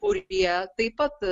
kurie taip pat